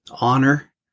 honor